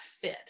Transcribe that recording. fit